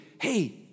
hey